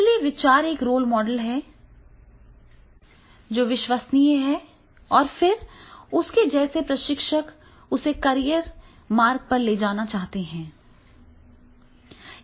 इसलिए विचार एक रोल मॉडल है जो विश्वसनीय और जानकार है और फिर उसके जैसे प्रशिक्षक उसे कैरियर मार्ग में ले जाना चाहते हैं